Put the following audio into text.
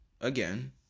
Again